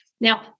Now